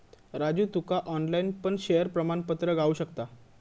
राजू तुका ऑनलाईन पण शेयर प्रमाणपत्र गावु शकता